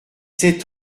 sept